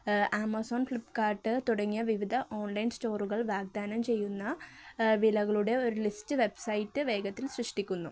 Amazon Flipkart തുടങ്ങിയ വിവിധ online സ്റ്റോറുകൾ വാഗ്ദാനം ചെയ്യുന്ന വിലകളുടെ ഒരു ലിസ്റ്റ് വെബ്സൈറ്റ് വേഗത്തിൽ സൃഷ്ടിക്കുന്നു